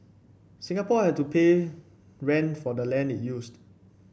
Singapore had to pay rent for the land it used